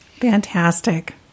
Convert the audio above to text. Fantastic